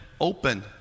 open